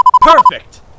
PERFECT